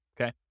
Okay